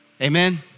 Amen